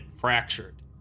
fractured